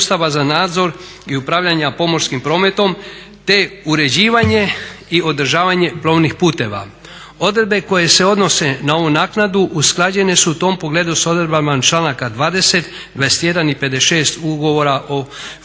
sustava za nadzor i upravljanja pomorskim prometom, te uređivanje i održavanje plovnih puteva. Odredbe koje se odnose na ovu naknadu usklađene su u tom pogledu s odredbama članaka 20., 21.i 56. Ugovora u